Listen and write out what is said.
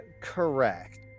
correct